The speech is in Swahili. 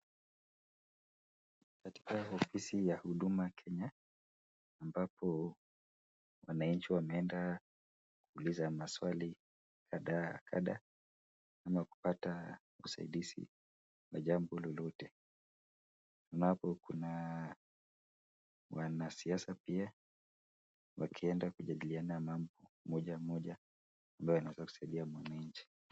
Katika ofisi ya Huduma Kenya ambapo wananchi wanaenda kuuliza maswali kadha kadha ama kupata usaidizi wa jambo lolote. Mnapo kuna wanasiasa pia wakienda kujadiliana mambo moja moja ambayo yanaweza kusaidia mwananchi.